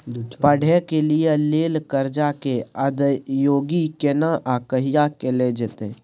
पढै के लिए लेल कर्जा के अदायगी केना आ कहिया कैल जेतै?